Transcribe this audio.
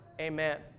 Amen